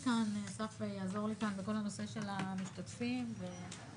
אסף יעזור לי כאן בכל הנושא של המשתתפים ונתקדם.